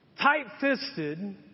tight-fisted